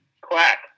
Quack